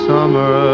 Summer